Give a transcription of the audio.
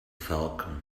falcon